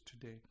today